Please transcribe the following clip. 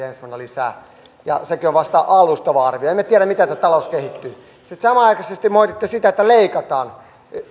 ensi vuonna lisää ja sekin on vasta alustava arvio emme tiedä miten tämä talous kehittyy sitten samanaikaisesti te moititte sitä että leikataan